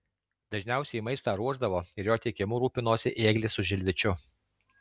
dažniausiai maistą ruošdavo ir jo tiekimu rūpinosi ėglis su žilvičiu